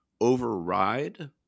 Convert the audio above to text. override